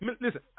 listen